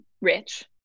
rich